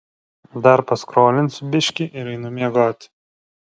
dar paskrolinsiu biškį ir einu miegot